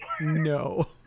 No